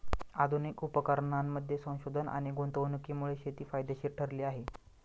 आधुनिक उपकरणांमध्ये संशोधन आणि गुंतवणुकीमुळे शेती फायदेशीर ठरली आहे